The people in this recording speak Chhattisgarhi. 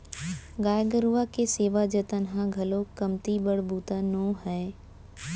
गाय गरूवा के सेवा जतन ह घलौ कमती बड़ बूता नो हय